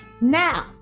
Now